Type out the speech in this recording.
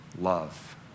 Love